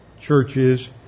churches